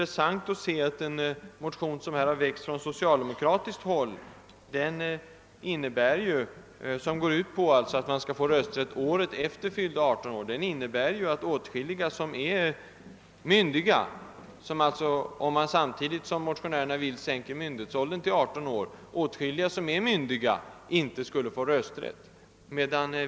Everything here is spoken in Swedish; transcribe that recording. Det är intressant att se att den motion som har väckts från socialdemokratiskt håll går ut på att man skall få rösträtt året efter det år man fyllt 18 år och alltså innebär att åtskilliga som är myndiga — om man, som motionärerna vill, samtidigt sänker myndighetsåldern till 18 år — inte skulle få rösträtt.